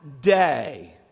day